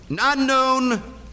unknown